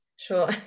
Sure